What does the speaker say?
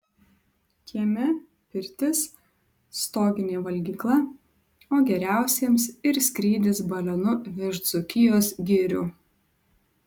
kieme pirtis stoginė valgykla o geriausiems ir skrydis balionu virš dzūkijos girių